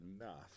enough